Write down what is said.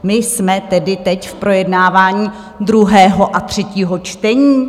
My jsme tedy teď v projednávání druhého a třetího čtení?